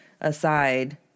aside